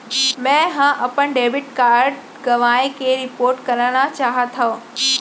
मै हा अपन डेबिट कार्ड गवाएं के रिपोर्ट करना चाहत हव